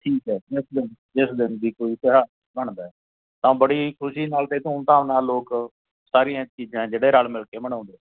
ਠੀਕ ਹੈ ਜਿਸ ਦਿਨ ਜਿਸ ਦਿਨ ਵੀ ਕੋਈ ਤਿਉਹਾਰ ਬਣਦਾ ਹੈ ਤਾਂ ਬੜੀ ਖੁਸ਼ੀ ਨਾਲ ਅਤੇ ਧੂਮ ਧਾਮ ਨਾਲ ਲੋਕ ਸਾਰੀਆਂ ਚੀਜ਼ਾਂ ਜਿਹੜੇ ਰਲ ਮਿਲ ਕੇ ਮਨਾਉਂਦੇ